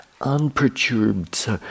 unperturbed